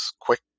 quick